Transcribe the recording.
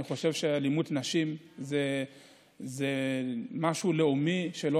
אני חושב שאלימות נגד נשים זה משהו לאומי שלא